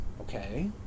Okay